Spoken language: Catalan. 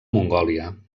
mongòlia